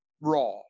Raw